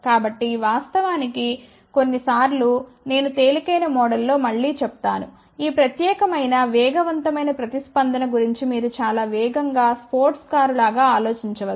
కాబట్టి వాస్తవానికి కొన్నిసార్లు నేను తేలికైన మోడ్లో మళ్ళీ చెప్తాను ఈ ప్రత్యేకమైన వేగవంతమైన ప్రతిస్పందన గురించి మీరు చాలా వేగంగా స్పోర్ట్స్ కారు లాగా ఆలోచించవచ్చు